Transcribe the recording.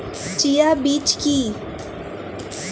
Chia বীজ কী?